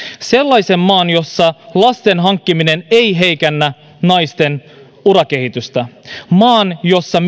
sellaisen maan jossa lasten hankkiminen ei heikennä naisten urakehitystä maan jossa